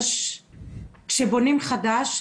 כשבונים חדש,